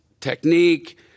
technique